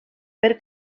per